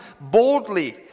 boldly